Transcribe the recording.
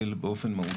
ודקה ראש העין, שמריהו.